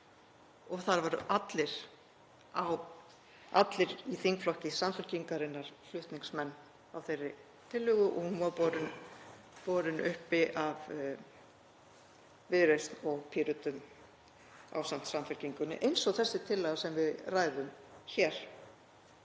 Það voru allir í þingflokki Samfylkingarinnar flutningsmenn á þeirri tillögu og hún var borin uppi af Viðreisn og Pírötum ásamt Samfylkingunni eins og þessi tillaga sem við ræðum hér.